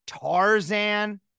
Tarzan